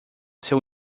seu